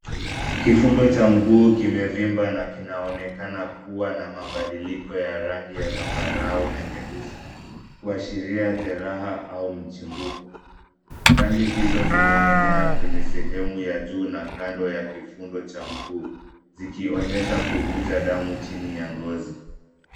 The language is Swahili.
Kifundo cha mguu kimevimba na kinaonekana kuwa na mabadiliko ya rangi ya zambarau na nyeusi kuashiria jeraha au mchibuko. Rangi hizo zimeenea kwenye sehemu ya juu na kando ya kifundo cha mguu; zikionyesha kuvuja damu chini ya ngozi.